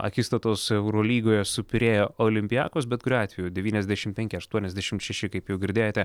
akistatos eurolygoje su pirėjo olympiakos bet kuriuo atveju devyniasdešimt penki aštuoniasdešimt šeši kaip jau girdėjote